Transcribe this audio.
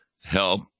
help